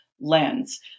lens